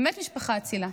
באמת משפחה אצילה.